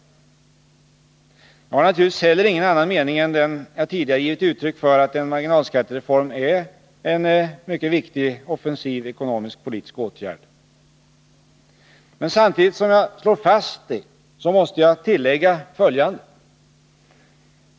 Jag har naturligtvis heller ingen annan mening än den jag tidigare givit uttryck för, att en marginalskattereform är en mycket viktig offensiv ekonomisk-politisk åtgärd. Men samtidigt som jag slår fast det måste jag tillägga följande.